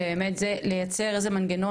לייצר איזה מנגנון,